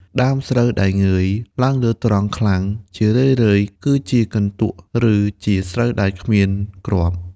ដើមស្រូវដែល «ងើយ» ឡើងលើត្រង់ខ្លាំង ជារឿយៗគឺជាកន្ទក់ ឬស្រូវដែលគ្មានគ្រាប់។